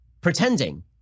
Pretending